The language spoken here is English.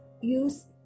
use